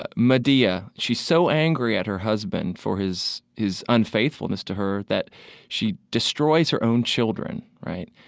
ah medea, she's so angry at her husband for his his unfaithfulness to her that she destroys her own children, right,